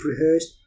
rehearsed